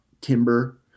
timber